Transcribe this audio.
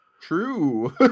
True